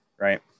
right